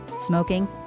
Smoking